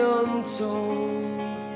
untold